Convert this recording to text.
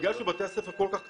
בגלל שבתי הספר כל כך קטנים,